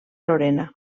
lorena